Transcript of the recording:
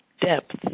depth